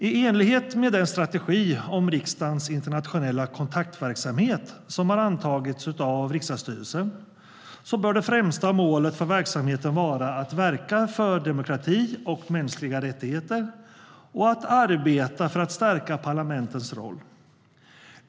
I enlighet med den strategi om riksdagens internationella kontaktverksamhet som har antagits av riksdagsstyrelsen bör det främsta målet för verksamheten vara att verka för demokrati och mänskliga rättigheter och att arbeta för att stärka parlamentens roll.